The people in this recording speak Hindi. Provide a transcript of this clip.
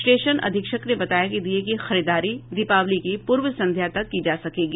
स्टेशन अधीक्षक ने बताया कि दीये की खरीददारी दीपावली की पूर्व संध्या तक की जा सकेगी